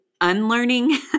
unlearning